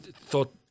thought